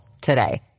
today